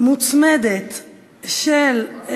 מוצמדת של,